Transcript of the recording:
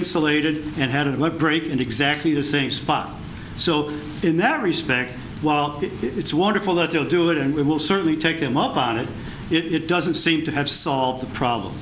reinsulated and had a break in exactly the same spot so in that respect while it's wonderful that they'll do it and we will certainly take them up on it it doesn't seem to have solved the problem